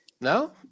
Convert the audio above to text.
no